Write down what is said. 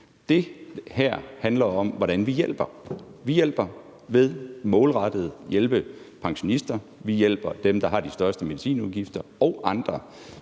Det her handler om, hvordan vi hjælper. Vi hjælper ved at hjælpe pensionister målrettet, vi hjælper dem, der har de største medicinudgifter og andre